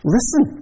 Listen